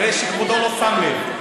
כנראה שכבודו לא שם לב.